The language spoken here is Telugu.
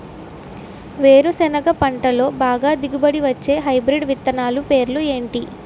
వేరుసెనగ పంటలో బాగా దిగుబడి వచ్చే హైబ్రిడ్ విత్తనాలు పేర్లు ఏంటి?